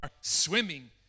swimming